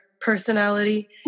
personality